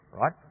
right